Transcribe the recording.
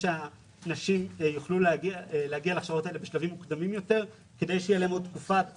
שהנשים יוכלו להגיע להכשרות האלה בשלבים מוקדמים יותר כדי שתהיה להן תקופת